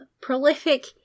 prolific